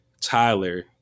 Tyler